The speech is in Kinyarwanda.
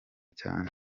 cyane